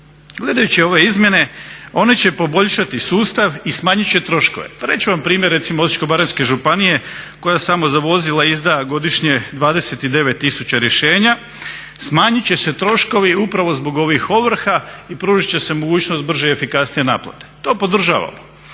Gledajući ove izmjene, one će poboljšati sustav i smanjit će troškove. Pa reći ću vam primjer recimo Osječko-baranjske županije koja samo za vozila izda godišnje 29 tisuća rješenja, smanjit će se troškovi upravo zbog ovih ovrha i pružit će se mogućnost brže i efikasnije naplate. To podržavamo,